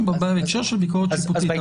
בהקשר של ביקורת שיפוטית,